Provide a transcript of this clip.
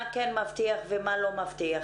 מה כן מבטיח ומה לא מבטיח.